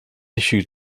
issued